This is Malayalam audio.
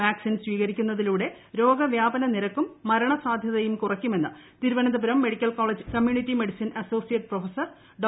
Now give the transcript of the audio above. വാക്സിൻ സ്വീകരിക്കുന്നതിലൂടെ രോഗവ്യാപന നിരക്കും മരണസാധ്യതയും കുറയ്ക്കുമെന്ന് Thiruvananthapuram medical college community medicine associate professor ഡോ